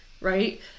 right